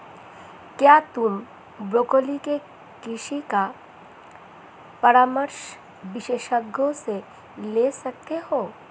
क्या तुम ब्रोकोली के कृषि का परामर्श विशेषज्ञों से ले सकते हो?